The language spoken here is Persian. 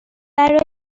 برای